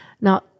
Now